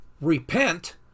repent